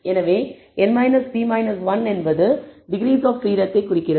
எனவே n p 1 என்பது degrees of பிரீடத்தை குறிக்கிறது